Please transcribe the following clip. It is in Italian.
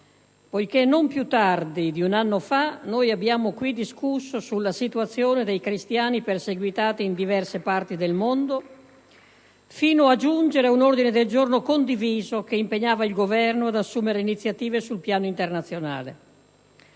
poiché, non più tardi di un anno fa, noi abbiamo qui discusso della situazione dei cristiani perseguitati in diverse parti del mondo, fino a giungere a un ordine del giorno condiviso che impegnava il Governo ad assumere iniziative sul piano internazionale.